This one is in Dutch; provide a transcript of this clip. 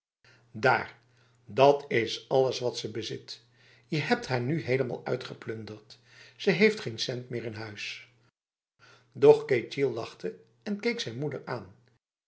daar dat is alles wat ze bezit je hebt haar nu helemaal uitgeplunderd ze heeft geen cent meer in huis doch ketjil lachte en keek zijn moeder aan